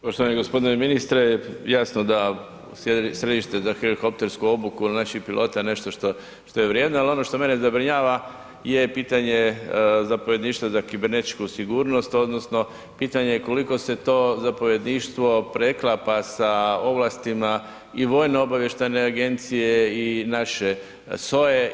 Poštovani gospodine ministre, jasno da središte za helikoptersku obuku naših pilota je nešto što je vrijedno ali ono što mene zabrinjava je i pitanje zapovjedništva za kibernetičku sigurnosti, odnosno pitanje koliko se to zapovjedništvo preklapa sa ovlastima i vojno-obavještajne agencije i naše SOA-e.